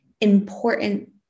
important